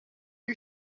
you